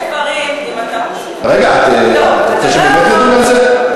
יש דברים, אם אתה, רגע, את רוצה שבאמת נדון על זה?